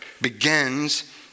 begins